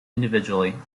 individually